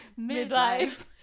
midlife